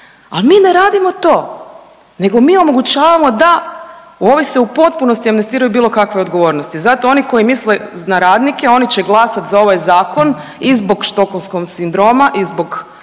A mi ne radimo to, nego mi omogućavamo da ovi se u potpunosti amnestiraju bilo kakve odgovornosti. Zato oni koji misle na radnike oni će glasati za ovaj zakon i zbog štokholmskog sindroma i zbog